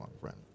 friend